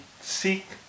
seek